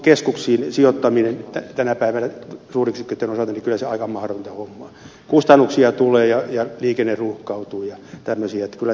kaupunkikeskuksiin sijoittaminen tänä päivänä on kyllä suuryksiköitten osalta aika mahdotonta hommaa kustannuksia tulee ja liikenne ruuhkautuu ja tämmöistä